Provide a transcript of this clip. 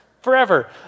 forever